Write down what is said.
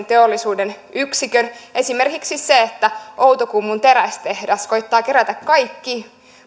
teollisuuden yksikön esimerkkinä se että outokummun terästehdas koettaa kerätä kaikki